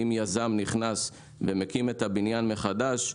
אם יזם נכנס ומקים את הבניין מחדש,